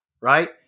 right